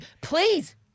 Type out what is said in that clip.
Please